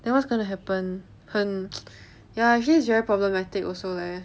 then what's gonna happen 很 ya it's very problematic also leh